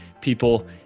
people